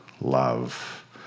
love